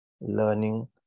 learning